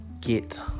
get